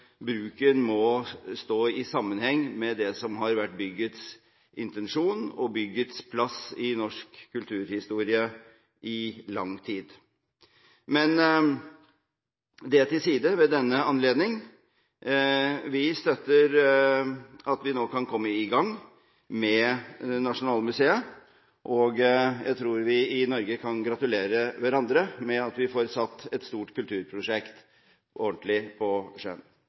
bruken må ses i sammenheng med det som i lang tid har vært byggets intensjon og byggets plass i norsk kulturhistorie. Men dette til side ved denne anledning. Vi støtter at vi nå kan komme i gang med Nasjonalmuseet, og jeg tror vi i Norge kan gratulere hverandre med at vi får satt et stort kulturprosjekt ordentlig på